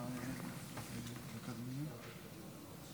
חבריי חברי הכנסת,